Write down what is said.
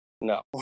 no